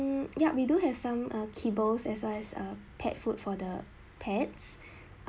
um yeah we do have some err cables as well as a pet food for the pets